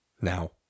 now